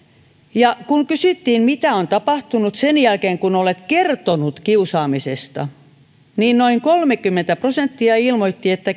ja kun kysyttiin mitä on tapahtunut sen jälkeen kun olet kertonut kiusaamisesta niin noin kolmekymmentä prosenttia ilmoitti että